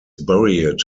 buried